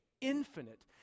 infinite